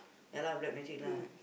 ya lah black magic lah